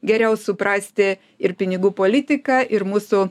geriau suprasti ir pinigų politiką ir mūsų